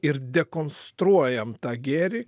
ir dekonstruojam tą gėrį